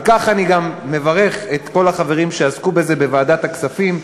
על כך אני גם מברך את כל החברים שעסקו בזה בוועדת הכספים,